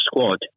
squad